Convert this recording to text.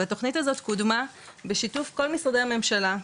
והתוכנית הזו קודמה בשיתוף כל משרדי הממשלה,